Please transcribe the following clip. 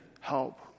help